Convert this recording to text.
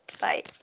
Bye